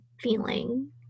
feeling